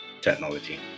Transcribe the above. technology